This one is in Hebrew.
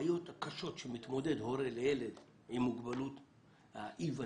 הבעיות הקשות אתן מתמודד הורה לילד עם מוגבלות היא אי הוודאות.